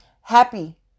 happy